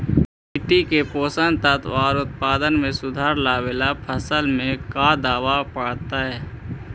मिट्टी के पोषक तत्त्व और उत्पादन में सुधार लावे ला फसल में का देबे पड़तै तै?